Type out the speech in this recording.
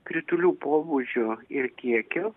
kritulių pobūdžio ir kiekio